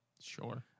Sure